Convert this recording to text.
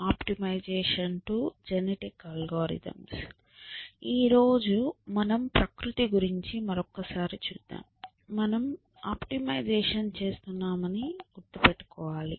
optimisation II genetic algorithms ఈ రోజు మనం ప్రకృతి గురించి మరొక్కసారి చూద్దాం మనము ఆప్టిమైజేషన్ చేస్తున్నామని గుర్తుంచుకోండి